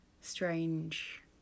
strange